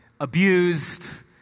abused